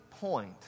point